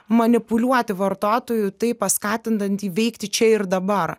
manipuliuoti vartotoju tai paskatinant jį veikti čia ir dabar